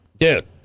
Dude